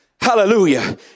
Hallelujah